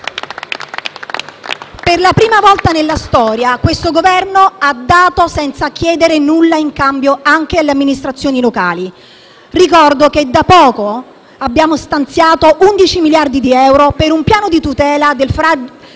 Per la prima volta nella storia il Governo ha dato senza chiedere nulla in cambio, anche alle amministrazioni locali. Ricordo che da poco abbiamo stanziato: 11 miliardi di euro per un piano di tutela del fragile